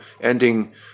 ending